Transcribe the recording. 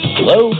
Hello